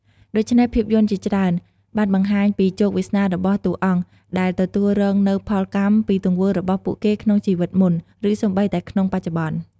ដូច្នេះ ភាពយន្តជាច្រើនបានបង្ហាញពីជោគវាសនារបស់តួអង្គដែលទទួលរងនូវផលកម្មពីទង្វើរបស់ពួកគេក្នុងជីវិតមុន ឬសូម្បីតែក្នុងបច្ចុប្បន្ន។